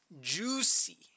juicy